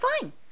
fine